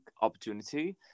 opportunity